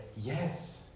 yes